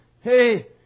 Hey